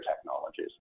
technologies